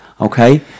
okay